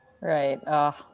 Right